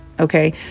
Okay